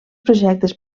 projectes